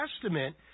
Testament